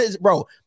Bro